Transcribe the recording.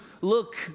look